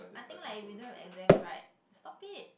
I think like if we don't have exams right stop it